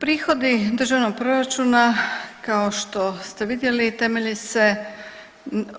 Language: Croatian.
Prihodi državnog proračuna kao što ste vidjeli temelji se